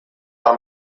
war